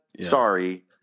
Sorry